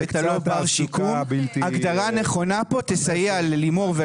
המסקנה הראשונה שהם פרסמו זה